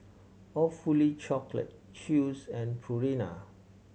Awfully Chocolate Chew's and Purina